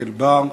יחיאל בר,